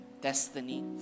destiny